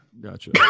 Gotcha